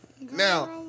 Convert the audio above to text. Now